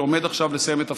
שעומד עכשיו לסיים את תפקידו,